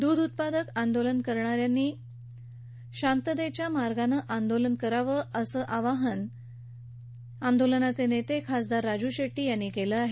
दूध उत्पादक आंदोलन करणाऱ्यांनी शांततेच्या मार्गानं आंदोलन करावं असं आवाहन आंदोलनाचे नेते खासदार राजू शेट्टी यांनी केलं आहे